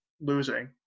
losing